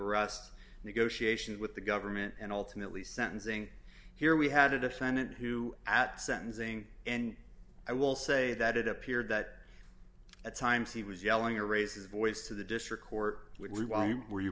arrest negotiation with the government and ultimately sentencing here we had a defendant who at sentencing and i will say that it appeared that at times he was yelling raise his voice to the district court were you